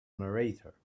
narrator